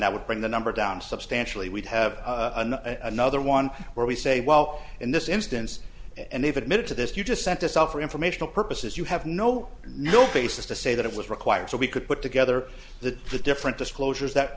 that would bring the number down substantially we'd have another one where we say well in this instance and they've admitted to this you just sent us off for informational purposes you have no no basis to say that it was required so we could put together the two different disclosures that